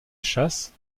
chasse